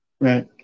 right